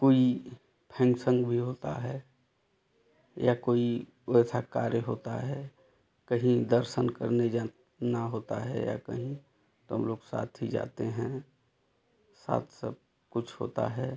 कोई फेंगसन भी होता है या कोई वैसा कार्य होता है कही दर्शन करने जाना होता है या कहीं तो हम लोग साथ ही जाते हैं साथ सब कुछ होता है